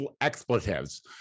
expletives